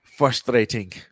frustrating